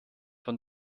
von